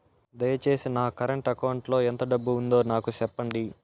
దయచేసి నా current account లో ఎంత డబ్బు ఉందో నాకు సెప్పండి